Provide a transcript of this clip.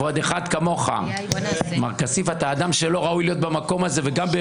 הגשנו הסתייגות חבר הכנסת הלוי ואני.